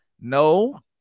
No